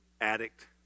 addict